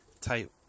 type